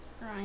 Right